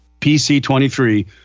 PC23